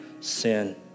sin